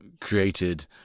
created